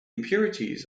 impurities